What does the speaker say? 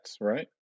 right